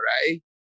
right